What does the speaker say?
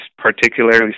particularly